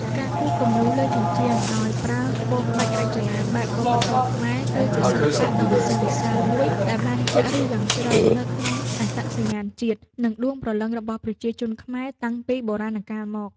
ការគូរគំនូរលើជញ្ជាំងដោយប្រើក្បូរក្បាច់រចនាបែបវប្បធម៌ខ្មែរ គឺជាសិល្បៈដ៏វិសេសវិសាលមួយដែលបានចាក់ឫសយ៉ាងជ្រៅនៅក្នុងអត្តសញ្ញាណជាតិ និងដួងព្រលឹងរបស់ប្រជាជនខ្មែរតាំងពីបុរាណកាលមក។